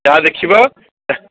ଯାହା ଦେଖିବ